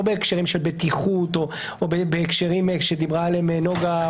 לא בהקשרים של בטיחות או בהקשרים שדיברה עליהם נגה.